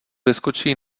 vyskočí